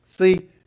See